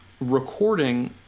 recording